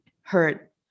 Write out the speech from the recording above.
hurt